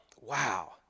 Wow